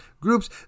groups